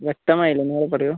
വ്യക്തമായില്ല ഒന്നുകൂടി പറയുമോ